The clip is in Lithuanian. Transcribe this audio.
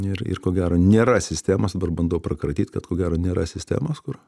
ir ir ko gero nėra sistemos dabar bandau pakratyt kad ko gero nėra sistemos kur